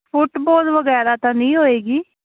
football ਵਗੈਰਾ ਤਾਂ ਨਹੀਂ ਹੋਵੇਗੀ